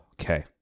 Okay